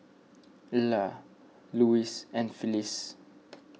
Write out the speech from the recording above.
Ila Louis and Phyllis